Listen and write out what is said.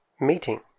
meeting